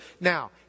Now